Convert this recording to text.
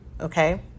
okay